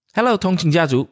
Hello,通勤家族